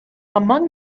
among